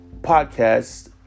podcast